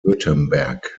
württemberg